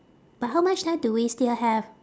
but how much time do we still have